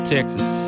Texas